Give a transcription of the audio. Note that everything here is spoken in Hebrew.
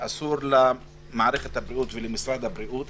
ואסור למערכת הבריאות ולמשרד הבריאות,